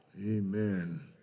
Amen